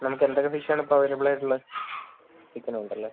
നമുക്ക് എന്തൊക്കെ ഫിഷാണിപ്പോൾ അവൈലബിളായിട്ടുള്ളത് ചിക്കനുണ്ടല്ലേ